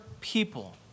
people